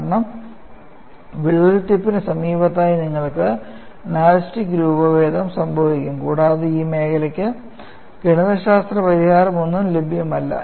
കാരണം വിള്ളൽ ടിപ്പിന് സമീപത്തായി നിങ്ങൾക്ക് അനലാസ്റ്റിക് രൂപഭേദം സംഭവിക്കും കൂടാതെ ഈ മേഖലയ്ക്ക് ഗണിതശാസ്ത്ര പരിഹാരമൊന്നും ലഭ്യമല്ല